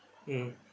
mm